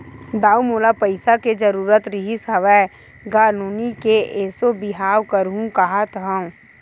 दाऊ मोला पइसा के जरुरत रिहिस हवय गा, नोनी के एसो बिहाव करहूँ काँहत हँव